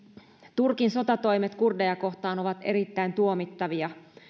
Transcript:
turkin sotatoimet kurdeja kohtaan ovat erittäin tuomittavia